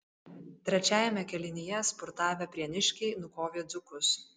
trečiajame kėlinyje spurtavę prieniškiai nukovė dzūkus